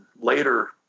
later